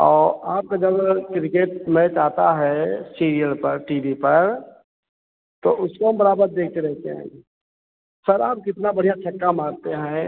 और आपका जब क्रिकेट मैच आता है सीरियल पर टी वी पर तो उसमें बराबर देखते रहते हैं सर आप कितना बढ़िया छक्का मारते हैं